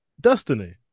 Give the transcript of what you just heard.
destiny